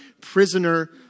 Prisoner